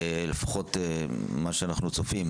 לפחות מה שאנחנו צופים,